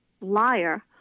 liar